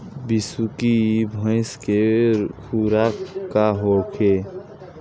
बिसुखी भैंस के खुराक का होखे?